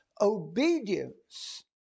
obedience